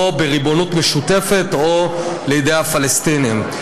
או בריבונות משותפת או לידי הפלסטינים.